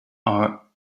are